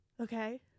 Okay